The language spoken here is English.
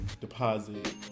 deposit